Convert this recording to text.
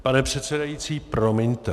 Pane předsedající, promiňte.